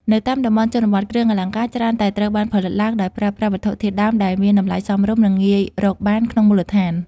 នៅតាមតំបន់ជនបទ គ្រឿងអលង្ការច្រើនតែត្រូវបានផលិតឡើងដោយប្រើប្រាស់វត្ថុធាតុដើមដែលមានតម្លៃសមរម្យ និងងាយរកបានក្នុងមូលដ្ឋាន។